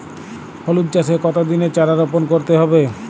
হলুদ চাষে কত দিনের চারা রোপন করতে হবে?